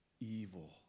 evil